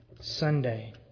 Sunday